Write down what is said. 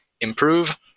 improve